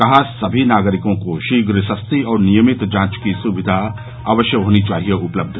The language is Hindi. कहा सभी नागरिकों को शीघ्र सस्ती और नियमित जांच की सुविधा अवश्य होनी चाहिए उपलब्ध